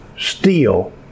steal